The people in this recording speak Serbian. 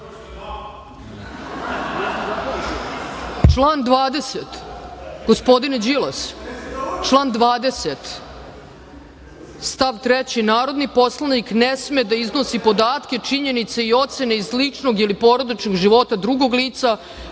20. gospodine Đilas, stav 3. – narodni poslanik ne sme da iznosi podatke, činjenice i ocene iz ličnog ili porodičnog života drugog lica